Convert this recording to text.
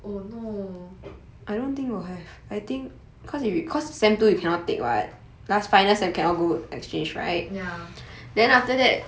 oh no ya